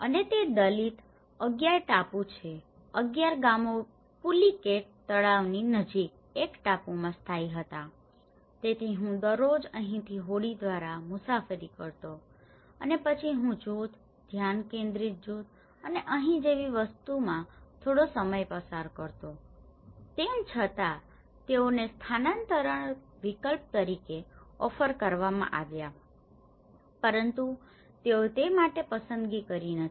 અને તે દલિત 11 ટાપુ છે 11 ગામો પુલિકેટ તળાવની નજીક એક ટાપુમાં સ્થાયી થયા હતા તેથી હું દરરોજ અહીંથી હોડી દ્વારા અહીં મુસાફરી કરતો હતો અને પછી હું જૂથ ધ્યાન કેન્દ્રિત જૂથો અને અહીં જેવી વસ્તુઓમાં થોડો સમય પસાર કરતો તેમ છતાં તેઓને સ્થાનાંતરણ વિકલ્પ તરીકે ઓફર કરવામાં આવ્યા હતા પરંતુ તેઓએ તે માટે પસંદગી કરી નથી